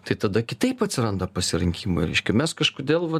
tai tada kitaip atsiranda pasirinkimai reiškia mes kažkodėl va